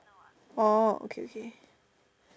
orh okay okay